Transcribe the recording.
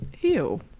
Ew